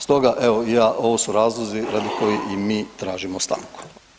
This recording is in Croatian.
Stoga evo ovo su razlozi radi kojih i mi tražimo stanku.